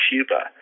Cuba